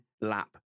lap